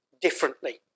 differently